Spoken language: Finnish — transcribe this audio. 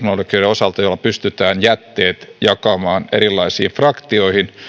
osalta joilla pystytään jätteet jakamaan erilaisiin fraktioihin ne